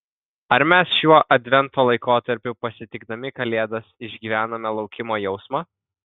ar mes šiuo advento laikotarpiu pasitikdami kalėdas išgyvename laukimo jausmą